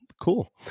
cool